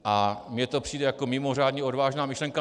A mně to přijde jako mimořádně odvážná myšlenka.